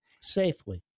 Safely